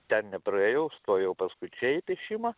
ten nepraėjau stojau paskui čia į piešimą